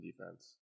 defense